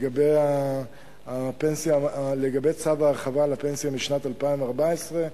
לגבי צו ההרחבה לפנסיה משנת 2014,